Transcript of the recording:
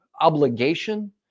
obligation